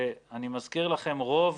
ואני מזכיר לכם שרוב